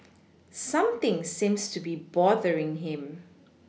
something seems to be bothering him